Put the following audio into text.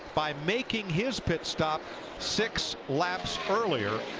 by making his pit stop six laps earlier.